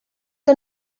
que